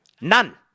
None